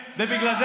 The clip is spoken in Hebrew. דודי,